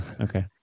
Okay